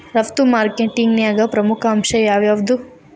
ರಫ್ತು ಮಾರ್ಕೆಟಿಂಗ್ನ್ಯಾಗ ಪ್ರಮುಖ ಅಂಶ ಯಾವ್ಯಾವ್ದು?